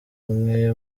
umwe